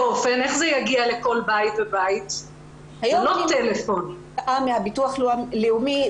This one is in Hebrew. כל אחד היום מקבל הודעה מביטוח לאומי: